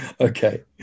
Okay